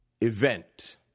event